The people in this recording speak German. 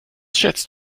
schätzt